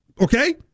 Okay